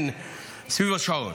סביב השעון.